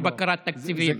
בבקרה תקציבית,